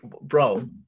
Bro